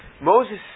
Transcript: Moses